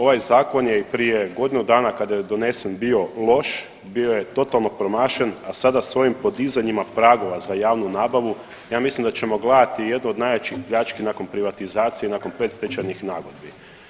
Ovaj zakon je i prije godinu dana kada je donesen bio loš, bio je totalno promašen, a sada s ovim podizanjima pragova za javnu nabavu ja mislim da ćemo gledati jednu od najjačih pljački nakon privatizacije i nakon pretstečajnih nagodbi.